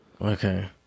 Okay